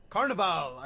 Carnival